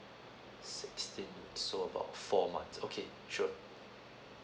sixteen weeks so about four months okay sure